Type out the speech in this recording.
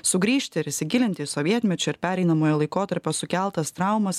sugrįžti ir įsigilinti į sovietmečio ir pereinamojo laikotarpio sukeltas traumas